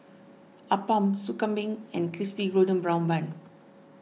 Appam Sup Kambing and Crispy Golden Brown Bun